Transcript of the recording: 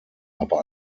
aber